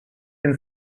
been